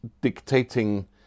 dictating